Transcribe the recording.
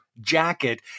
jacket